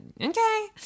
okay